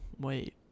wait